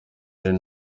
ari